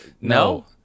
No